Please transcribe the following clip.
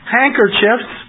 handkerchiefs